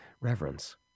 reverence